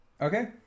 Okay